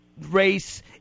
race